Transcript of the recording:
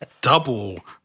double